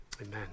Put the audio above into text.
Amen